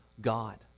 God